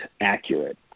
accurate